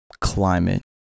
climate